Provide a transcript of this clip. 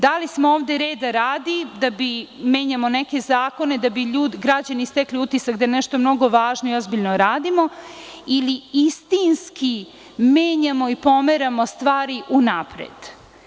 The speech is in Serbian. Da li smo ovde reda radi, da menjamo neke zakone da bi građani stekli utisak da nešto mnogo važno i ozbiljno radimo, ili istinski menjamo i pomeramo stvari unapred?